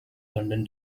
london